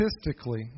statistically